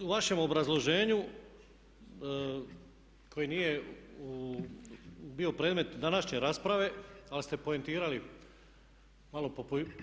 U vašem obrazloženju koji nije bio predmet današnje rasprave ali ste poentirali malo